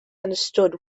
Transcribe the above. understood